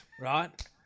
right